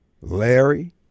Larry